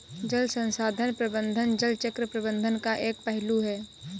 जल संसाधन प्रबंधन जल चक्र प्रबंधन का एक पहलू है